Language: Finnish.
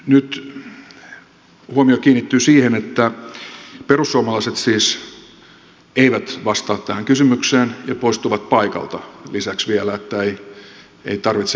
nyt huomio kiinnittyy siihen että perussuomalaiset siis eivät vastaa tähän kysymykseen ja poistuvat paikalta lisäksi vielä niin että ei tarvitse asiasta keskustella